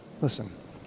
Listen